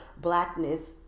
blackness